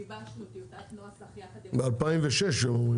גיבשנו טיוטת נוסח יחד --- הם אומרים ב-2006.